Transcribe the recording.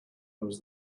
was